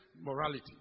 morality